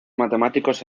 matemáticos